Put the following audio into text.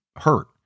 hurt